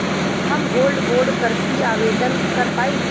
हम gold bond करती आवेदन कर पाईब?